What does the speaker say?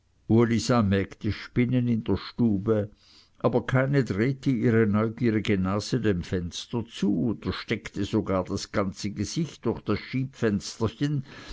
spinnen in der stube aber keine drehte ihre neugierige nase dem fenster zu oder streckte sogar das ganze gesicht durch das